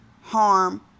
harm